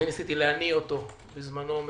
ניסיתי להניא אותו מהכוונה,